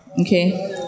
okay